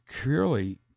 Clearly